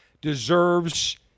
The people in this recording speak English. deserves